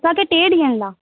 हा असांखे टे ॾींहं लाइ